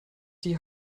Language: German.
die